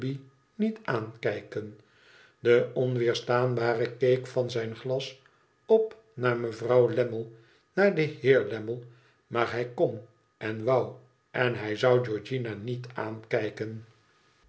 niet aankijken de onweerstaanbare keek van zijn glas op naar mevrouw lammie naar den heer lammie maar hij kon en hij wou en hij zou georgiana niet aankijken